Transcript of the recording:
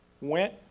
went